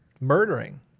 Murdering